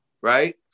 right